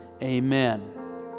Amen